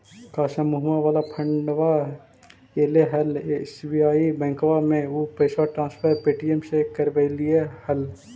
का समुहवा वाला फंडवा ऐले हल एस.बी.आई बैंकवा मे ऊ पैसवा ट्रांसफर पे.टी.एम से करवैलीऐ हल?